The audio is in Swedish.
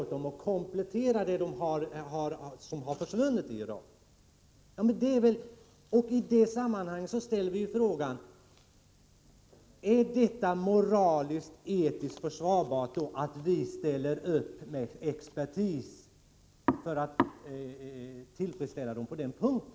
I det sammanhanget ställer vi frågan om det är moraliskt och etiskt försvarbart att vi ställer upp med expertis för att tillmötesgå dem på den punkten.